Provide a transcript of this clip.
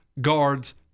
guards